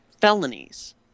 felonies